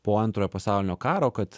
po antrojo pasaulinio karo kad